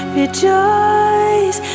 rejoice